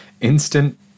Instant